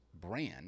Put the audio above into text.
brand